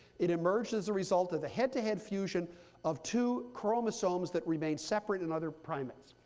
it emerged as a result of the head-to-head fusion of two chromosomes that remain separate in other primates.